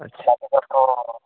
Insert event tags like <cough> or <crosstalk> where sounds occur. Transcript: अच्छा <unintelligible>